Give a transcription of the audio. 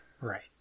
right